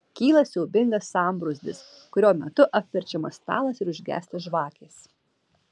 kyla siaubingas sambrūzdis kurio metu apverčiamas stalas ir užgęsta žvakės